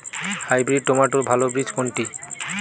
Hybrid টমেটোর ভালো বীজ কোনটি?